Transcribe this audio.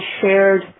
shared